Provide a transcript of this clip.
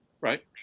Right